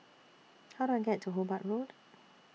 How Do I get to Hobart Road